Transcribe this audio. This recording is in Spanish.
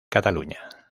cataluña